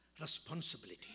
responsibility